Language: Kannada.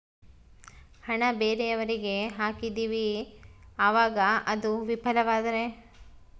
ಹಣ ಬೇರೆಯವರಿಗೆ ಹಾಕಿದಿವಿ ಅವಾಗ ಅದು ವಿಫಲವಾದರೆ?